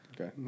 Okay